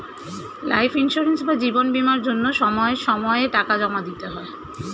life insurance বা জীবন বীমার জন্য সময় সময়ে টাকা জমা দিতে হয়